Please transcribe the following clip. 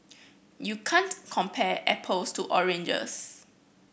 you can't compare apples to oranges